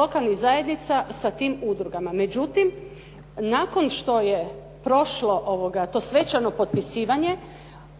lokalnih zajednica sa tim udrugama. Međutim, nakon što je prošlo to svečano potpisivanje